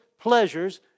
pleasures